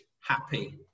happy